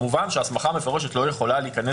כמובן שההסכמה המפורשת לא יכולה להיכנס